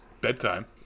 bedtime